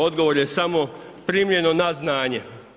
Odgovor je samo primljeno na znanje.